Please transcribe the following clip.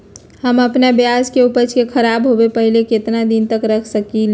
हम अपना प्याज के ऊपज के खराब होबे पहले कितना दिन तक रख सकीं ले?